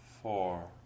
four